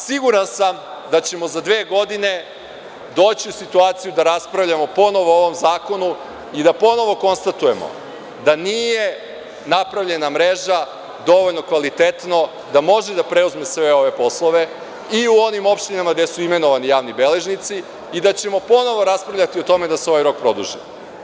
Siguran sam da ćemo za dve godine doći u situaciju da raspravljamo ponovo o ovom zakonu, da ponovo konstatujemo da nije napravljena mreža dovoljno kvalitetno da može da preuzme sve ove poslove i u onim opštinama gde su imenovani javni beležnici i da ćemo ponovo raspravljati o tome da se ovaj rok produži.